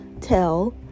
tell